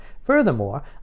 Furthermore